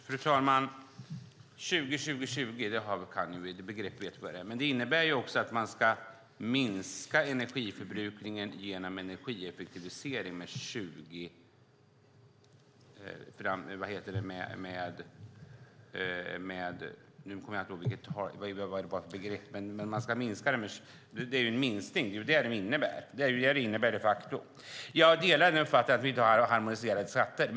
Fru talman! Begreppet 20-20-20 vet du vad det är, Mats Odell. Det innebär dock också att man ska minska energiförbrukningen genom energieffektivisering. Nu kommer jag inte ihåg detaljerna, men det är en minskning. Det är vad det de facto innebär. Jag delar uppfattningen att vi inte har harmoniserade skatter.